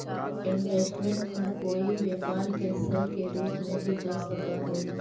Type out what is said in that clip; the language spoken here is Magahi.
इन्वेस्टमेंट फंड कोई व्यापार के सर के रूप में भी हो सकऽ हई